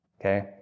Okay